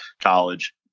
college